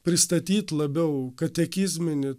pristatyt labiau katekizminį